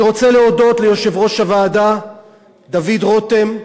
אני רוצה להודות ליושב-ראש הוועדה דוד רותם,